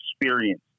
experience